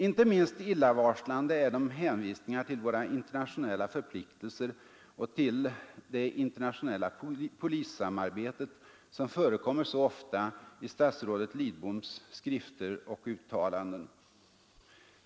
Inte minst illavarslande är de hänvisningar till våra internationella förpliktelser och till det ”internationella polissamarbetet” som förekommer så ofta i statsrådet Lidboms skrifter och uttalanden.